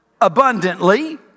abundantly